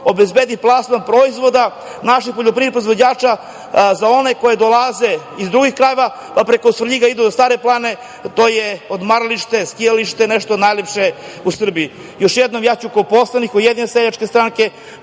obezbedi plasman proizvoda naših poljoprivrednih proizvođača za one koji dolaze iz drugih krajeva, pa preko Svrljiga idu do Stare planine, to je odmaralište, skijalište, nešto najlepše u Srbiji. Još jednom, ja ću kao poslanik Ujedinjene seljačke stranke